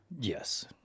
Yes